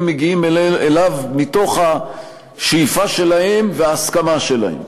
מגיעים אליו מתוך השאיפה שלהם וההסכמה שלהם.